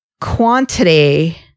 quantity